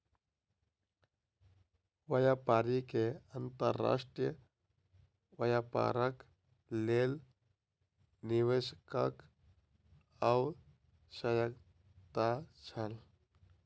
व्यापारी के अंतर्राष्ट्रीय व्यापारक लेल निवेशकक आवश्यकता छल